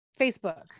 Facebook